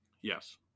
Yes